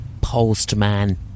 Postman